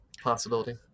possibility